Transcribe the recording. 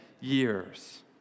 years